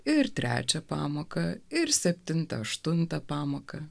ir trečią pamoką ir septintą aštuntą pamoką